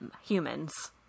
humans